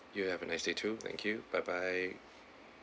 you have a nice day too thank you bye bye